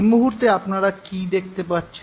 এই মুহূর্তে আপনারা কী দেখতে পাচ্ছেন